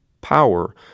power